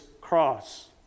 cross